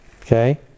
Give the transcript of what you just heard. Okay